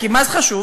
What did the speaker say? כי מה זה חשוב?